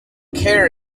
care